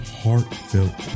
heartfelt